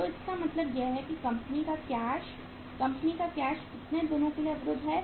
तो इसका मतलब है कि कंपनी का कैश कंपनी का कैश कितने दिनों के लिए अवरुद्ध है